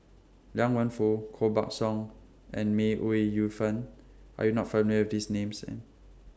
Liang Wenfu Koh Buck Song and May Ooi Yu Fen Are YOU not familiar with These Names